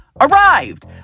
arrived